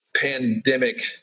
pandemic